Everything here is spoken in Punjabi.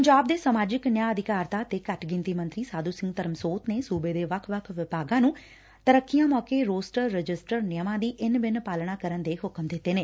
ਪੰਜਾਬ ਦੇ ਸਮਾਜਿਕ ਨਿਆਂ ਅਧਿਕਾਰਤਾ ਅਤੇ ਘੱਟ ਗਿਣਤੀ ਮੰਤਰੀ ਸਾਧੁ ਸਿੰਘ ਧਰਮਸੋਤ ਨੇ ਸੁਬੇ ਦੇ ਵੱਖ ਵੱਖ ਵਿਭਾਗਾਂ ਨੰ ਤਰੱਕੀਆ ਮੌਕੇ ਰੋਸਟਰ ਰਜਿਸਟਰ ਨਿਯਮਾ ਦੀ ਇੰਨ ਬਿੰਨ ਪਾਲਣਾ ਕਰਨ ਦੇ ਹੁਕਮ ਦਿੱਤੇ ਨੇ